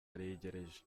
aregereje